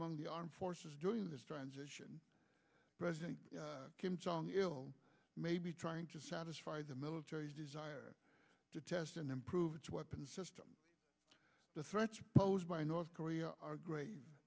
among the armed forces during this transition president kim jong il may be trying to satisfy the military's desire to test and improve its weapons system the threats posed by north korea are gr